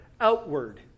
outward